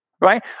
right